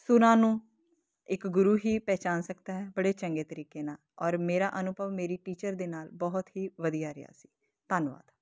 ਸੁਰਾਂ ਨੂੰ ਇੱਕ ਗੁਰੂ ਹੀ ਪਹਿਚਾਣ ਸਕਦਾ ਹੈ ਬੜੇ ਚੰਗੇ ਤਰੀਕੇ ਨਾਲ ਔਰ ਮੇਰਾ ਅਨੁਭਵ ਮੇਰੀ ਟੀਚਰ ਦੇ ਨਾਲ ਬਹੁਤ ਹੀ ਵਧੀਆ ਰਿਹਾ ਸੀ ਧੰਨਵਾਦ